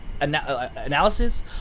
analysis